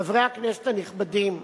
חברי הכנסת הנכבדים,